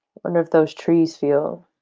wonder if those trees feel